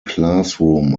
classroom